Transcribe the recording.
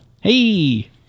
Hey